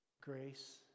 grace